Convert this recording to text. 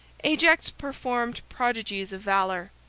ajax performed prodigies of valor,